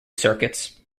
circuits